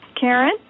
Karen